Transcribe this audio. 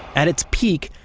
at its peak,